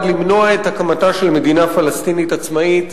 למנוע את הקמתה של מדינה פלסטינית עצמאית,